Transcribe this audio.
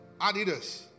Adidas